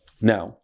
Now